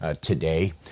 today